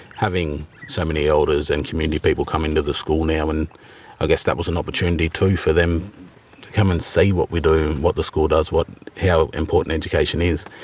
having so many elders and community people come in to the school now, and i guess that was an opportunity too for them to come and see what we do, what the school does, how important education is.